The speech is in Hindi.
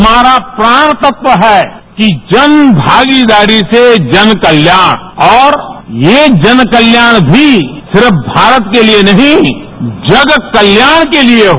हमारा प्राण तत्व है कि जन भागीदारी से जन कल्याण और ये जन कल्याण भी सिर्फ भारत के लिए नहीं जग कल्याण के लिए हो